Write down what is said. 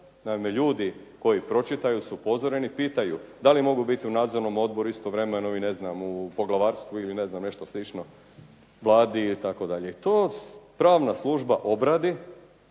naime ljudi koji pročitaju su upozoreni, pitaju da li mogu biti u nadzornom odboru istovremeno i ne znam u poglavarstvu ili ne znam nešto slično, Vladi itd. To pravna služba obradi